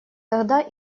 тогда